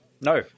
No